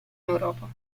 europa